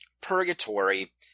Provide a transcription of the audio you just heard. purgatory